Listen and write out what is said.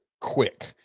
quick